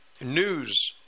news